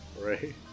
Right